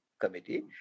Committee